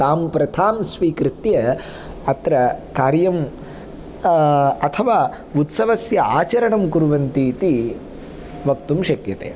तां प्रथां स्वीकृत्य अत्र कार्यम् अथवा उत्सवस्य आचरणं कुर्वन्ति इति वक्तुं शक्यते